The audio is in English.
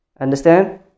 Understand